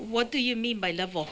what do you mean by level